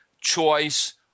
choice